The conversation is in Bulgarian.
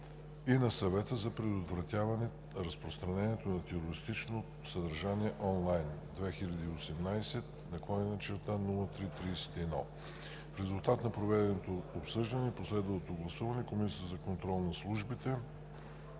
и на Съвета за предотвратяване разпространението на терористично съдържание онлайн, 2018/0331. В резултат на проведеното обсъждане и последвалото гласуване Комисията за контрол над службите